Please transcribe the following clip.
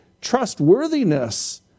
trustworthiness